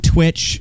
Twitch